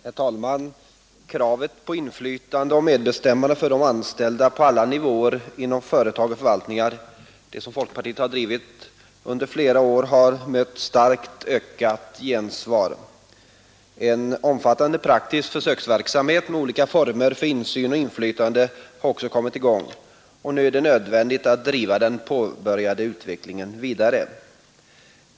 Herr talman! Kravet på inflytande och medbestämmande för de anställda på alla nivåer inom företag och förvaltningar, som folkpartiet drivit i flera år, har mött starkt ökat gensvar. En omfattande praktisk försöksverksamhet med olika former för insyn och inflytande har också kommit i gång, och nu är det nödvändigt att driva den påbörjade utvecklingen vidare.